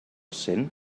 cent